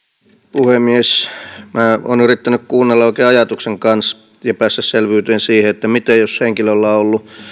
puhemies olen yrittänyt kuunnella oikein ajatuksen kanssa ja päästä selvyyteen siitä että jos henkilöllä on ollut